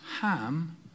Ham